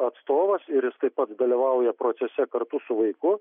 atstovas ir jis taip pat dalyvauja procese kartu su vaiku